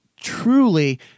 truly